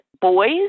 boys